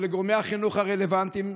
לגורמי החינוך הרלוונטיים,